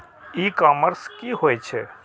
ई commerce की होए छै?